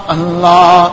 Allah